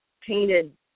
painted